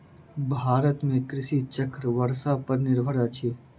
भारत में कृषि चक्र वर्षा पर निर्भर अछि